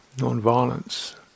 non-violence